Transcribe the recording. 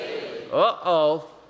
Uh-oh